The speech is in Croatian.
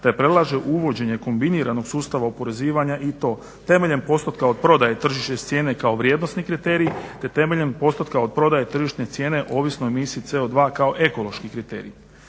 te predlaže uvođenje kombiniranog sustava oporezivanja i to temeljem postotka od prodaje tržišne cijene kao vrijednosni kriterij te temeljem postotka od prodaje tržišne cijene ovisno o emisiji CO2 kao ekološki kriterij.